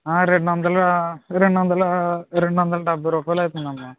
రెండొందలు రెండొందలు రెండొందల డెబ్బై రూపాయలు అవుతుందమ్మా